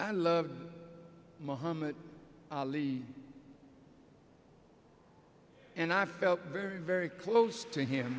i love mohammed ali and i felt very very close to h